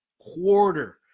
quarter